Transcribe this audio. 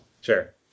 Sure